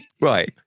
Right